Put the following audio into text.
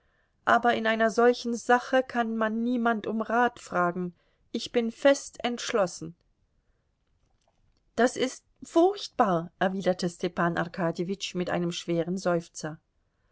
aber in einer solchen sache kann man niemand um rat fragen ich bin fest entschlossen das ist furchtbar erwiderte stepan arkadjewitsch mit einem schweren seufzer